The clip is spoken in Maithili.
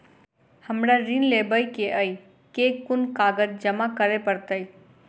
हमरा ऋण लेबै केँ अई केँ कुन कागज जमा करे पड़तै?